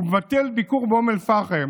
הוא מבטל ביקור באום אל-פחם